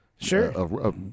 Sure